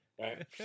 Right